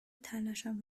تلاشم